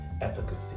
efficacy